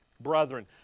brethren